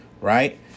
right